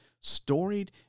storied